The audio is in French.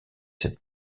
cette